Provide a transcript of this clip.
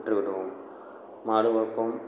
விற்றுவிடுவோம் மாடு வளர்ப்போம்